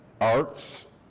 arts